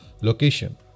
location